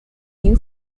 new